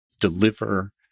deliver